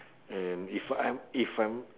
and if what I'm if I'm